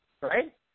right